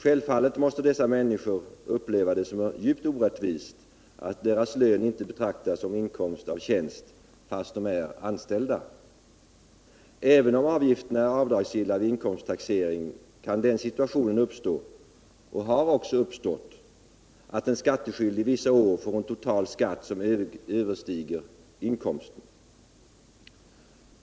Självfallet måste dessa människor uppleva det som djupt orättvist att deras lön inte betraktas som inkomst av tjänst, trots alt de är anställda. Även om avgifterna är avdragsgilla vid inkomsttaxering kan den situationen uppstå, och har också uppstått, att den skattskyldige vissa år får en total skatt som överstiger inkomsten.